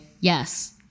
yes